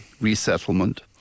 resettlement